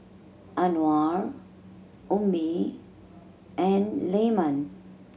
Anuar Ummi and Leman